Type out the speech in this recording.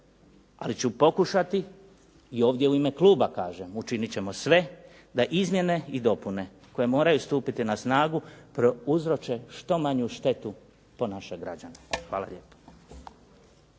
Ali ću pokušati i ovdje u ime kluba kažem, učinit ćemo sve da izmjene i dopune koje moraju stupiti na snagu prouzroče što manju štetu po naše građane. Hvala lijepo.